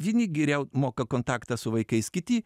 vieni geriau moka kontaktą su vaikais kiti